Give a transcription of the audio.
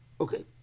Okay